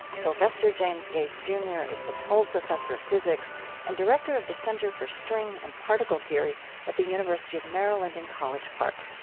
sylvester james gates jr. yeah is the toll professor of physics and director of the center for string and particle theory at the university of maryland in college park.